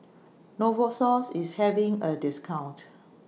Novosource IS having A discount